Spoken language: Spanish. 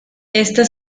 esta